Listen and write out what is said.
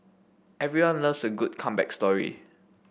everyone loves a good comeback story